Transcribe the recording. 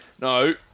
No